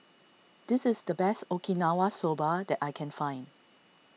this is the best Okinawa Soba that I can find